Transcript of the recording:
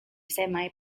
semi